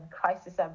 crisis